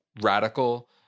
radical